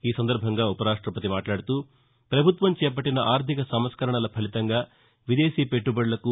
ఈ సందర్బంగా ఉప రాష్టపతి మాట్లాడుతూపభుత్వం చేపట్టిన ఆర్థిక సంస్కరణల ఫలితంగా విదేశీ పెట్టుబడులకు